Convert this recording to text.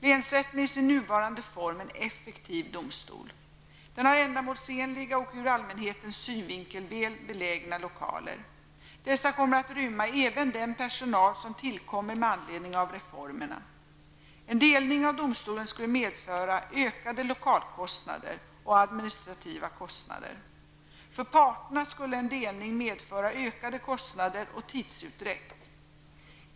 Länsrätten är i sin nuvarande form en effektiv domstol. Den har ändamålsenliga och ur allmänhetens synvinkel välbelägna lokaler. Dessa kommer att rymma även den personal som tillkommer med anledning av reformerna. En delning av domstolen skulle medföra ökade lokalkostnader och administrativa kostnader. För parterna skulle en delning medföra ökade kostnader och tidsutdräkt.